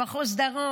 מחוז דרום,